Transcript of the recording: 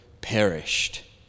perished